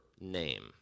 name